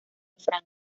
franco